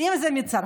אם זה מצרפת,